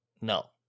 no